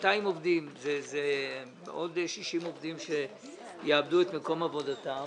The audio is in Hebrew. זה 200 עובדים ועוד 60 עובדים שיאבדו את מקום עבודתם.